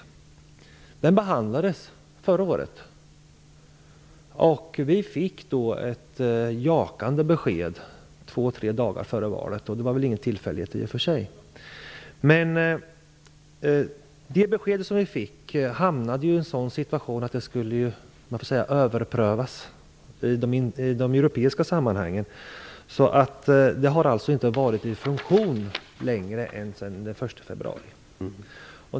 Ansökan behandlades förra året, och vi fick ett jakande besked två tre dagar före valet - det var väl i och för sig ingen tillfällighet. Det besked som vi fick kom dock i den situationen att frågan skulle överprövas i europeiska sammanhang. Stödet har alltså inte varit i funktion längre än sedan den 1 februari.